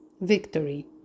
victory